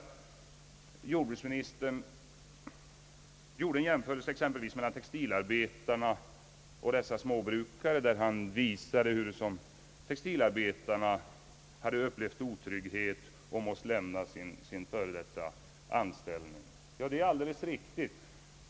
Jordbruksministern gjorde en jämförelse mellan textilarbetarna och dessa småbrukare, där han visade hur textilarbetarna hade upplevt otrygghet och måst lämna sin anställning. Ja, det är alldeles riktigt.